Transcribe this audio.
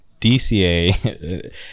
DCA